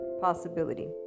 possibility